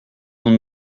sont